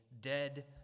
dead